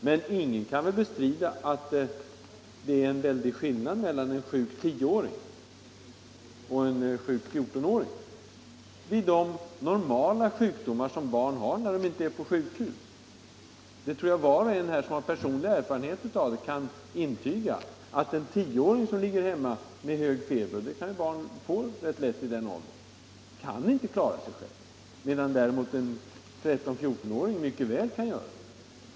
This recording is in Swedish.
Men ingen kan väl bestrida att det är en stor skillnad mellan en sjuk tioåring och en sjuk fjortonåring, vid de normala sjukdomar som barn har när de är sjuka i hemmet. Jag tror att var och en som har personlig erfarenhet kan intyga att en tioåring som ligger hemma i hög feber — det kan barn lätt få i den åldern — inte kan klara sig själv, medan däremot en 13-14-åring mycket ofta kan göra det.